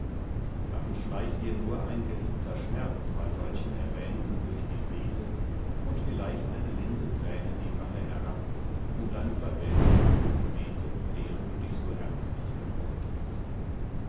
dann schleicht dir nur ein geliebter schmerz bei solchen erwähnungen durch die seele und vielleicht eine linde träne die wange herab um deine verwelkten blumenbeete deren du dich so herzlich gefreut hattest